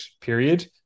period